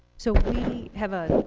so we have